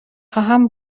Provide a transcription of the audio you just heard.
خواهم